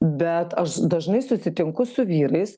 bet aš dažnai susitinku su vyrais